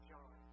John